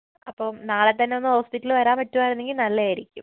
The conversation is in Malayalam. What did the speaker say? അപ്പം നാളെത്തന്നെ ഒന്ന് ഹോസ്പിറ്റലിൽ വരാൻ പറ്റുകയായിരുന്നെങ്കിൽ നല്ലതായിരിക്കും